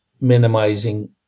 minimizing